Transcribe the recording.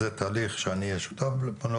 זה תהליך שאני אהיה שותף פה,